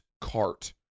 cart